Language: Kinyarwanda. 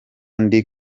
ndi